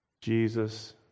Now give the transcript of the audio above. Jesus